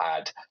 add